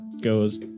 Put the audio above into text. goes